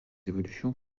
évolutions